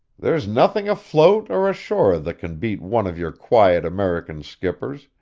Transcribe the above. there's nothing afloat or ashore that can beat one of your quiet american skippers,